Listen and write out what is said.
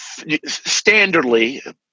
standardly